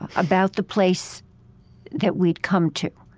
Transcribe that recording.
about the place that we'd come to.